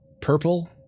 purple